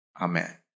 Amen